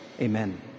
Amen